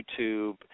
YouTube